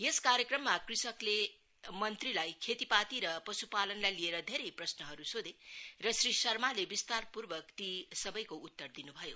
यस कार्यक्रममा कृषकहरुले मंत्रीलाई खेतीपाती र पश्पालनलाई लिएर धेरै प्रश्नहरु सोधे र श्री शर्माले विस्तारपूर्वक ती सबैको उत्तर दिनु भयो